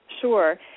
Sure